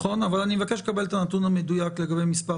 אני אבקש לקבל את הנתון המדויק לגבי מספר